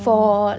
orh